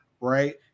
right